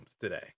today